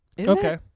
Okay